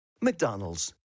McDonald's